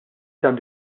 għandu